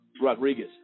Rodriguez